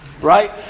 right